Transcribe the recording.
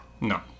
No